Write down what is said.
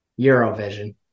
Eurovision